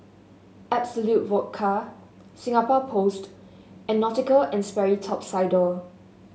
Absolut Vodka Singapore Post and Nautica And Sperry Top Sider